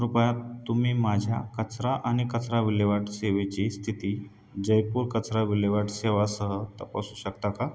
कृपया तुम्ही माझ्या कचरा आणि कचरा विल्हेवाट सेवेची स्थिती जयपूर कचरा विल्हेवाट सेवासह तपासू शकता का